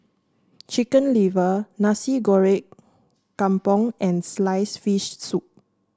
Chicken Liver Nasi Goreng Kampung and slice fish soup